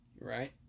Right